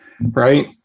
right